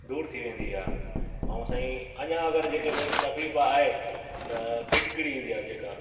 दूर थी वेंदी आहे ऐं साईं अञा अगरि जेके नईं तकलीफ़ आहे त फीटिकिड़ी ईंदी आहे जेका